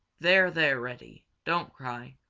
there, there, reddy! don't cry.